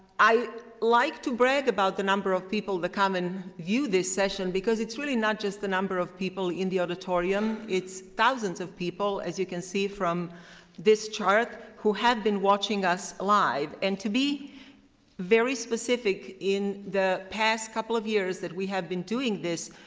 i'd like to brag about the number of people that come and view this session because it's really not just the number of people in the auditorium. it's thousands of people, as you can see from this chart, who have been watching us live. and to be very specific in the past couple of years that we have been doing this,